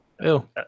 Ew